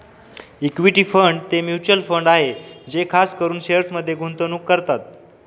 equity fund ते mutual fund आहे जे खास करून शेअर्समध्ये गुंतवणूक करतात